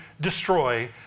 destroy